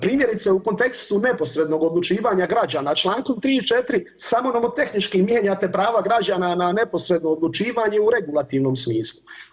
Primjerice u kontekstu neposrednog odlučivanja građana čl. 3. i 4. samo nomotehnički mijenjate prava građana ne neposredno odlučivanje u regulativnom smislu.